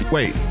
Wait